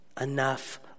enough